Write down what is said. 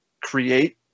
create